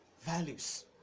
values